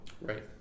Right